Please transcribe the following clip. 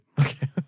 Okay